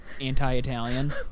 anti-Italian